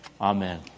Amen